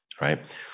right